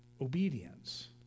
Obedience